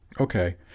Okay